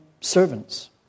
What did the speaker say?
servants